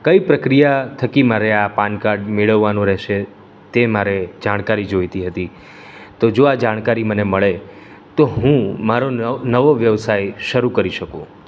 કઈ પ્રક્રિયા થકી મારે આ પાન કાર્ડ મેળવવાનો રહેશે તે મારે જાણકારી જોઈતી હતી તો જો આ જાણકારી મને મળે તો હું મારો નવો વ્યવસાય શરૂ કરી શકું